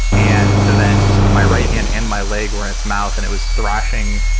and so then my right hand and my leg where its mouth and it was thrashing.